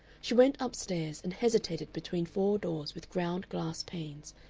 she went up-stairs and hesitated between four doors with ground-glass panes,